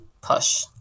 push